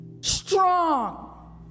strong